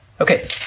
Okay